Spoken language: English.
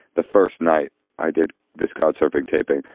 the first night i did this couch-surfing taping,